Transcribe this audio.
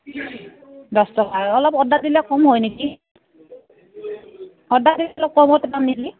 দহ টকা অলপ অৰ্ডাৰ দিলে কম হয় নেকি অৰ্ডাৰ দিলে অলপ কমতে পাম নেকি